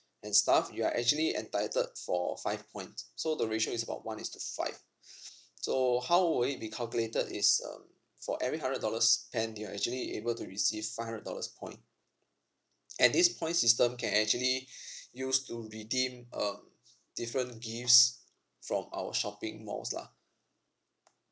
and stuff you are actually entitled for five points so the ratio is about one is to five so how will it be calculated is um for every hundred dollars spent you are actually able to receive five hundred dollars point and this point system can actually use to redeem um different gifts from our shopping malls lah